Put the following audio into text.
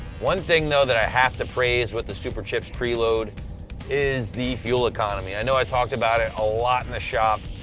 one thing, though, that i have to praise with the superchips pre-load is the fuel economy. i know i talked about it a lot in the shop,